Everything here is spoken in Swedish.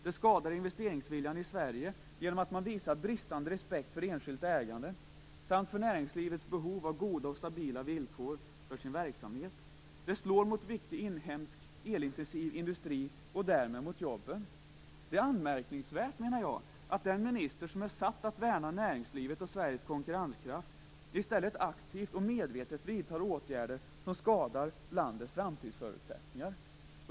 Det skadar investeringsviljan i Sverige genom att man visar en bristande respekt för enskilt ägande samt för näringslivets behov av goda och stabila villkor för deras verksamhet. Det slår mot viktig inhemsk elintensiv industri, och därmed mot jobben. Jag menar att det är anmärkningsvärt att den minister som är satt att värna näringslivet och Sveriges konkurrenskraft i stället aktivt och medvetet vidtar åtgärder som skadar landets framtida förutsättningar.